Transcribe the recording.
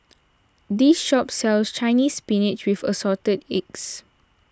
this shop sells Chinese Spinach with Assorted Eggs